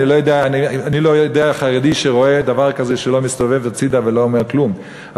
אני לא יודע על חרדי שרואה דבר כזה שלא מסתובב הצדה ולא אומר כלום,